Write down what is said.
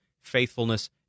faithfulness